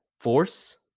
force